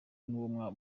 nuwo